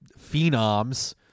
phenoms